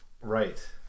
right